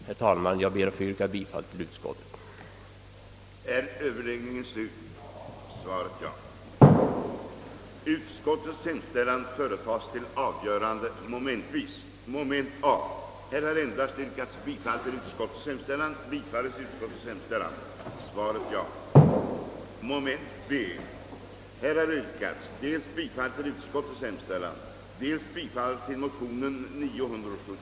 Herr talman! Jag ber att få yrka bifall till utskottets hemställan.